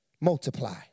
multiply